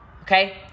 okay